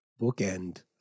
bookend